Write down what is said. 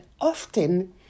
often